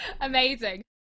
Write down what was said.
Amazing